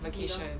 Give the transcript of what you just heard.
vacation